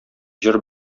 җыр